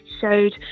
showed